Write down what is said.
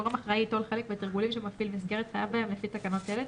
גורם אחראי ייטול חלק בתרגולים שמפעיל מסגרת חייב בהם לפי תקנות אלה,